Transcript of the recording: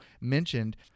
Mentioned